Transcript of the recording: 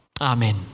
Amen